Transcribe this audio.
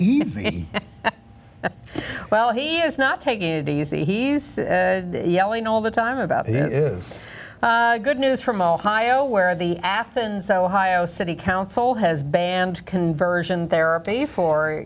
easy well he is not taking it easy he's yelling all the time about it is good news from ohio where the athens ohio city council has banned conversion therapy for